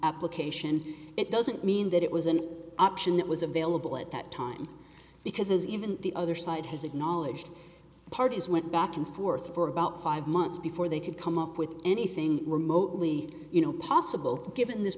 application it doesn't mean that it was an option that was available at that time because as even the other side has acknowledged parties went back and forth for about five months before they could come up with anything remotely you know possible given this